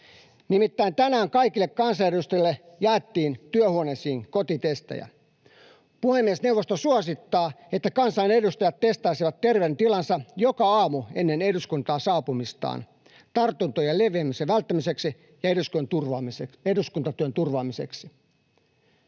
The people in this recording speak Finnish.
Nimittäin tänään kaikille kansanedustajille jaettiin työhuoneisiin kotitestejä. Puhemiesneuvosto suosittaa, että kansanedustajat testaisivat terveydentilansa joka aamu ennen eduskuntaan saapumistaan tartuntojen leviämisen välttämiseksi ja eduskuntatyön turvaamiseksi.